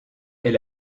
est